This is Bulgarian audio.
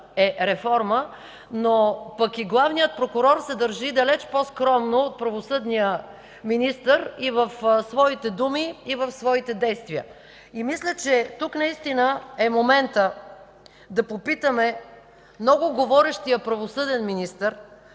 е реформа, но пък и главният прокурор се държи далеч по-скромно от правосъдния министър и в своите думи, и в своите действия. Мисля, че тук е моментът да попитаме много говорещия правосъден министър,